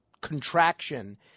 contraction